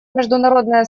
международное